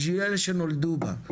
בשביל אלו שנולדו בה.